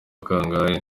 kangahe